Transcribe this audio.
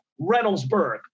Reynoldsburg